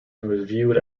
viewed